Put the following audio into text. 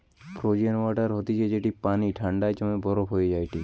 frozen water হতিছে যেটি পানি ঠান্ডায় জমে বরফ হয়ে যায়টে